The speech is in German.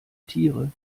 tiere